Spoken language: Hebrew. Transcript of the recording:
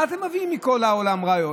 מה אתם מביאים מכל העולם ראיות?